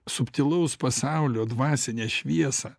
subtilaus pasaulio dvasinę šviesą